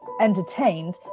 entertained